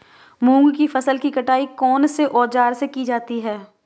मूंग की फसल की कटाई कौनसे औज़ार से की जाती है?